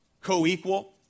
Co-equal